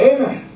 Amen